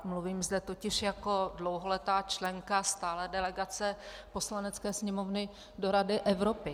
Mluvím zde totiž jako dlouholetá členka stálé delegace Poslanecké sněmovny do Rady Evropy.